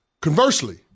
Conversely